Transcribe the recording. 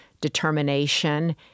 determination